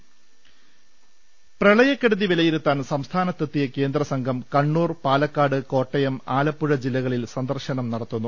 ൾ ൽ ൽ പ്രളയക്കെടുതി വിലയിരുത്താൻ സംസ്ഥാനത്തെത്തിയ കേന്ദ്ര സംഘം കണ്ണൂർ പാലക്കാട് കോട്ടയം ആലപ്പുഴ ജില്ലകളിൽ സന്ദർശനം നടത്തുന്നു